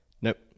Nope